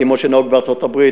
כמו שנהוג בארצות-הברית,